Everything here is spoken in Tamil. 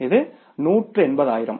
இது நூற்று எண்பதாயிரம்